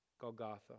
Golgotha